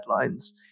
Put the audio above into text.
headlines